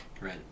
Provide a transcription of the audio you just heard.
Right